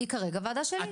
היא כרגע וועדה שלי.